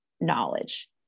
knowledge